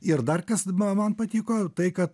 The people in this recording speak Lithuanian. ir dar kas man patiko tai kad